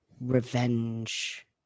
revenge